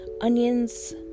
Onions